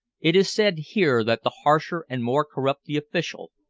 it is said here that the harsher and more corrupt the official,